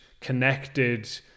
connected